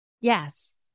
Yes